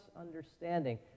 understanding